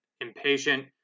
impatient